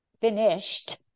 finished